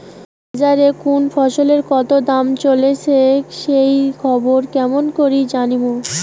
বাজারে কুন ফসলের কতো দাম চলেসে সেই খবর কেমন করি জানীমু?